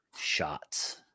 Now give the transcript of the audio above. Shots